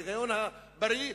להיגיון הבריא,